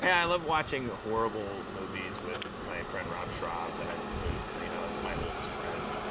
and i love watching horrible movies with my friend rob so rob that i moved you know, is my oldest friend.